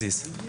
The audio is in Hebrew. as is.